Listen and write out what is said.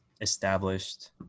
established